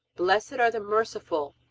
blessed are the merciful,